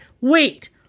wait